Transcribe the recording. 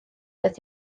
doedd